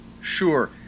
Sure